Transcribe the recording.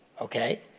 Okay